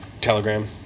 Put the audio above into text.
telegram